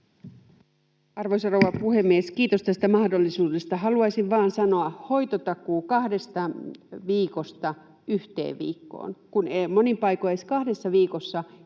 Arvoisa rouva puhemies! Kiitos tästä mahdollisuudesta. Haluaisin vain sanoa: hoitotakuu kahdesta viikosta yhteen viikkoon, kun monin paikoin edes kahdessa viikossa